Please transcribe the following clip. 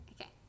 Okay